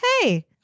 hey